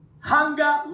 Hunger